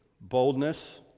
Boldness